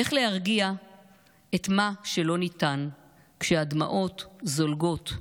/ איך להרגיע את מה שלא ניתן / כשהדמעות זולגות,